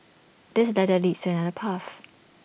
this ladder leads to another path